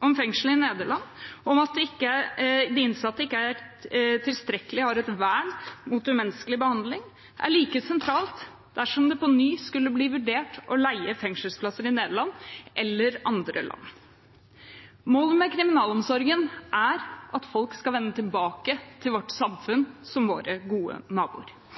mot fengsel i Nederland og om at de innsatte ikke har et tilstrekkelig vern mot umenneskelig behandling, er like sentralt dersom det på ny skulle bli vurdert å leie fengselsplasser i Nederland eller andre land. Målet med kriminalomsorgen er at folk skal vende tilbake til vårt samfunn som våre gode naboer.